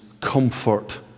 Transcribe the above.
comfort